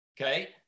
okay